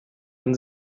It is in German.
wenn